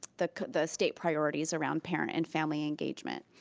the the state priorities around parents and family engagement,